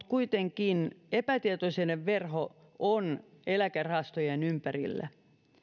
kuitenkin epätietoisuuden verho on eläkerahastojen ympärillä